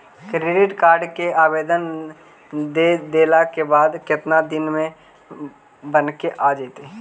Credit card के आवेदन दे देला के बाद केतना दिन में बनके आ जइतै?